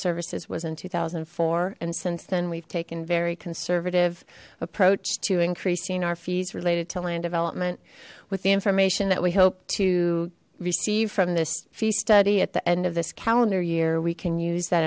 services was in two thousand and four and since then we've taken very conservative approach to increasing our fees related to land development with the information that we hope to receive from this feast study at the end of this calendar year we can use that